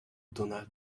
donald